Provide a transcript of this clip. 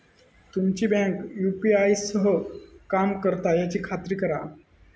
तुमची bank UPI सह काम करता याची खात्री करा